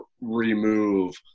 remove